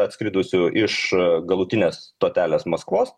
atskridusių iš galutinės stotelės maskvos